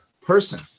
person